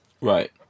Right